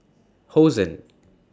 Hosen